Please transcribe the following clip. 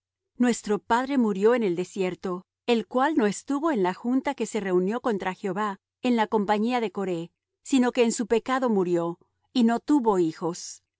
nuestro padre murió en el desierto el cual no estuvo en la junta que se reunió contra jehová en la compañía de coré sino que en su pecado murió y no tuvo hijos